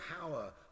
power